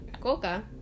Coca